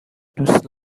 دوست